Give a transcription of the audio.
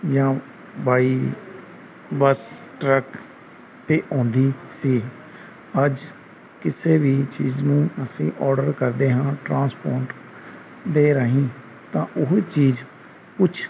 ਜਾਂ ਬਾਈ bus truck 'ਤੇ ਆਉਂਦੀ ਸੀ ਅੱਜ ਕਿਸੇ ਵੀ ਚੀਜ਼ ਨੂੰ ਅਸੀਂ ਆਰਡਰ ਕਰਦੇ ਹਾਂ ਟਰਾਂਸਪੋਰਟ ਦੇ ਰਾਹੀਂ ਤਾਂ ਉਹ ਚੀਜ਼ ਕੁਛ